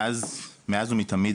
מאז ומתמיד,